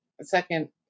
second